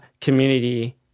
community